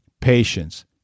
patience